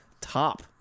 top